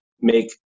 make